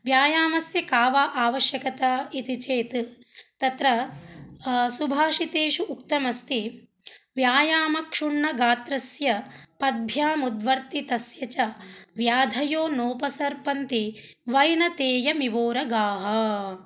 व्यायामस्य का वा आवश्यकता इति चेत् तत्र सुभाषितेषु उक्तमस्ति व्यायामक्षुण्णगात्रस्य पद्भ्याम् उद्वर्ति तस्य च व्याधयो नोपसर्पन्ति वैनतेयमिवोरगाः